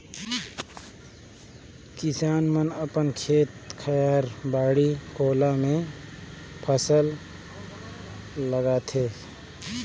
किसान मन अपन खेत खायर, बाड़ी कोला मे फसल लगाथे